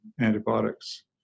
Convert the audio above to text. antibiotics